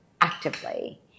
actively